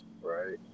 Right